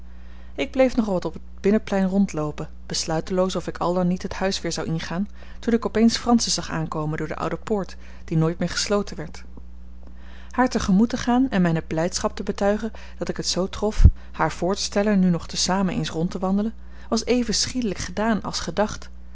ik bleef nog wat op het binnenplein rondloopen besluiteloos of ik al dan niet het huis weer zou ingaan toen ik op eens francis zag aankomen door de oude poort die nooit meer gesloten werd haar te gemoet te gaan en mijne blijdschap te betuigen dat ik het zoo trof haar voor te stellen nu nog te zamen eens rond te wandelen was even schielijk gedaan als gedacht